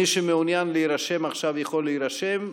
מי שמעוניין להירשם יכול להירשם עכשיו.